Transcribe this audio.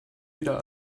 wieder